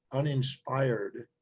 uninspired,